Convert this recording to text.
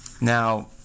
Now